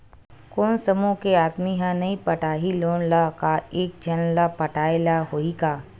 कोन समूह के आदमी हा नई पटाही लोन ला का एक झन ला पटाय ला होही का?